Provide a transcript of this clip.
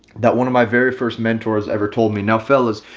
that one of my very first mentors ever told me now fellas,